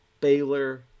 baylor